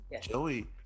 Joey